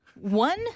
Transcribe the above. one